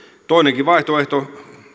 toisenkin vaihtoehdon